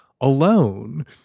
alone